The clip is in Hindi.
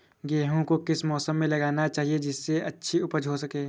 गेहूँ को किस मौसम में लगाना चाहिए जिससे अच्छी उपज हो सके?